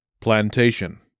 Plantation